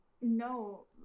No